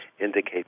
indicate